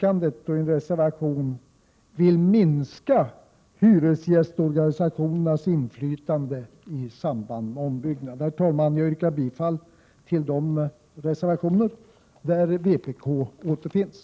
en reservation vill minska hyresgästorganisationernas inflytande i samband med ombyggnad? Herr talman! Jag yrkar bifall till de reservationer där vpk återfinns.